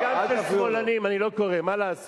"יתד" גם כן שמאלנים, אני לא קורא, מה לעשות.